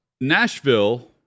Nashville